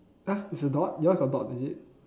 !huh! there's a dot yours got dot is it